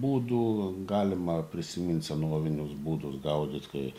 būdų galima prisimint senovinius būdus gaudyt kai